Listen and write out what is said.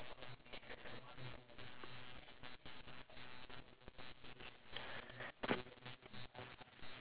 and then I'm going to use my phone right instead to vlog with my um selfie stick